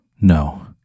No